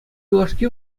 юлашки